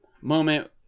moment